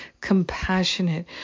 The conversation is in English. compassionate